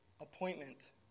appointment